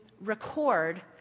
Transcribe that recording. Record